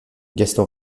gaston